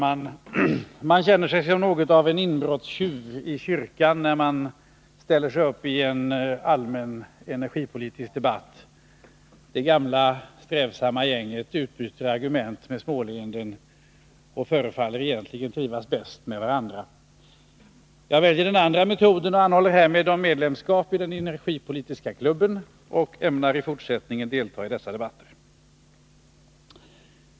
Fru talman! Man känner sig som något av en inbrottstjuv i kyrkan när man ställer sig upp i en allmän energipolitisk debatt. Det gamla strävsamma gänget utbyter argument med småleenden och förefaller egentligen trivas bäst med varandra. Jag väljer den andra metoden och anhåller härmed om medlemskap i den energipolitiska klubben. Jag ämnar i fortsättningen delta i dessa debatter.